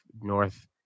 north